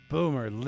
Boomer